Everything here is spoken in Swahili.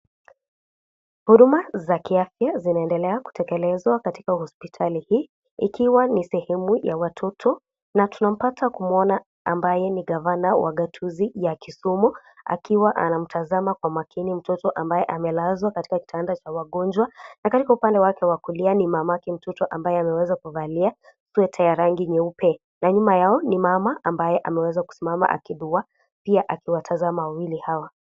Huduma za kiafya vinaendelea kutekelezwa katika hosiptali hii ikiwa ni sehemu ya watoto na tunapata kuona ambaye ni gavana wa gituzi wa Kisumu akiwa anamtazama kwa maakini mtoto ambaye amelazwa katika kitanda cha wagonjwa na katika upande wa kulia mamake mtoto ambaye ameweza kuvalia kiatu cha rangi nyeupe ameweza kuimama akidua pia ameweza kusimama wawili hawa.